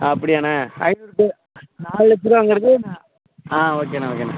அப்படியாண்ணே ஐநூறு டு நாலு லட்ச ரூபாங்கறது ஆ ஓகேண்ணே ஓகேண்ணே